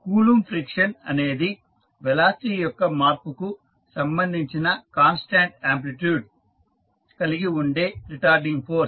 coulomb friction అనేది velocity యొక్క మార్పుకు సంబంధించిన కాన్స్టాంట్ ఆంప్లిట్యూడ్ కలిగి ఉండే రిటార్డింగ్ ఫోర్స్